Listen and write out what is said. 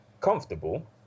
comfortable